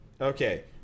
Okay